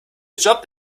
job